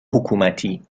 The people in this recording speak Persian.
حکومتی